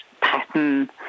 pattern